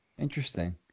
Interesting